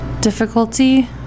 Difficulty